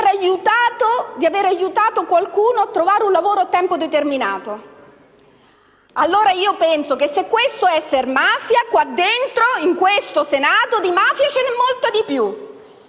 aiutato qualcuno a trovare un lavoro a tempo determinato. E allora io penso che, se questo è essere mafia, qui dentro in questo Senato di mafia ce n'è molto di più.